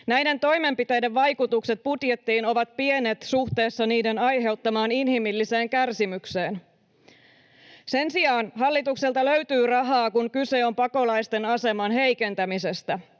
Näiden toimenpiteiden vaikutukset budjettiin ovat pienet suhteessa niiden aiheuttamaan inhimilliseen kärsimykseen. Sen sijaan hallitukselta löytyy rahaa, kun kyse on pakolaisten aseman heikentämisestä.